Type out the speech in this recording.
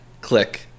Click